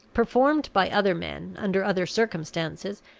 performed by other men, under other circumstances,